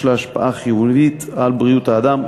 יש לה השפעה חיובית על בריאות האדם,